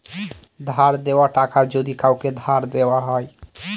ধার দেওয়া টাকা যদি কাওকে ধার দেওয়া হয়